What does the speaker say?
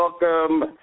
welcome